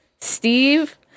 steve